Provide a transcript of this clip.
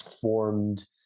formed